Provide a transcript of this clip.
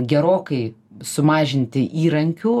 gerokai sumažinti įrankių